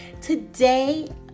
Today